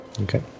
Okay